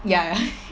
ya